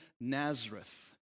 Nazareth